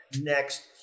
next